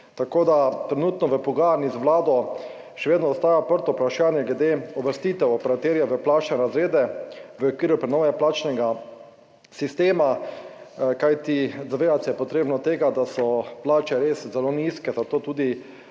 Trenutno v pogajanjih z vlado še vedno ostaja odprto vprašanje glede uvrstitev operaterjev v plačne razrede v okviru prenove plačnega sistema, kajti zavedati se je treba tega, da so plače res zelo nizke, zato tudi